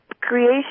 creation